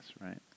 right